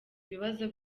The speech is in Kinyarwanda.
ibibazo